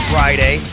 Friday